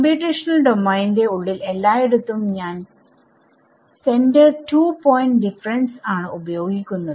computational ഡൊമൈന്റെ ഉള്ളിൽ എല്ലായിടത്തും ഞാൻ സെന്റർഡ് 2 പോയിന്റ് ഡിഫറൻസ് ആണ് ഉപയോഗിക്കുന്നത്